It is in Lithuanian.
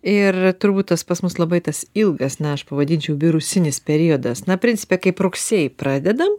ir turbūt tas pas mus labai tas ilgas na aš pavadinčiau virusinis periodas na principe kaip rugsėjį pradedam